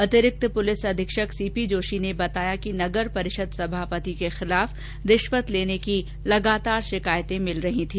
अतिरिक्त पुलिस अधीक्षक C P Joshi ने बताया कि नगर परिषद सभापति के खिलाफ रिश्वत लेने की लगातार शिकायतें आ रही थी